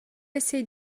essaye